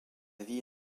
vie